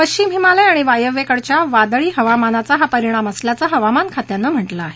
पश्चिम हिमालय आणि वायव्येकडच्या वादळी हवामनाचा हा परिणाम असल्याचं हवामान खात्यानं म्हटलं आहे